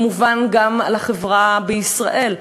כמובן גם על החברה בישראל,